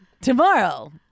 tomorrow